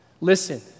Listen